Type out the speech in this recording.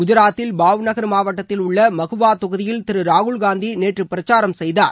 குஜாத்தில் Bhavnagar மாவட்டத்தில் உள்ள மகுவா தொகுதியில் திரு ராகுல்காந்தி நேற்று பிரச்சாரம் செய்தார்